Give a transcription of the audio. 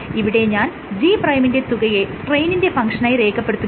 ഇവിടെ ഞാൻ G' ന്റെ തുകയെ സ്ട്രെയ്നിന്റെ ഫങ്ഷനായി രേഖപ്പെടുത്തുകയാണ്